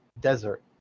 Desert